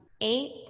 eight